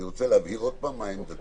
אני רוצה להבהיר עוד פעם מה עמדתי.